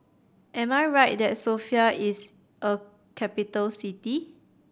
am I right that Sofia is a capital city